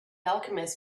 alchemists